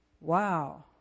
Wow